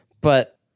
but-